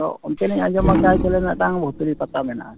ᱟᱫᱚ ᱚᱱᱛᱮᱞᱤᱧ ᱟᱸᱡᱚᱢ ᱟᱠᱟᱜᱼᱟ ᱪᱮᱞᱮ ᱢᱤᱫᱴᱟᱝ ᱵᱷᱩᱛᱲᱤ ᱯᱟᱛᱟ ᱢᱮᱱᱟᱜᱼᱟ